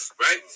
right